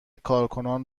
کارکنان